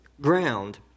Ground